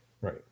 Right